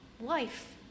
life